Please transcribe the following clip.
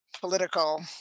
political